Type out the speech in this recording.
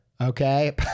Okay